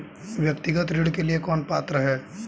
व्यक्तिगत ऋण के लिए कौन पात्र है?